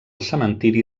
cementiri